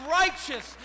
righteous